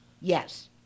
yes